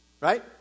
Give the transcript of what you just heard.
right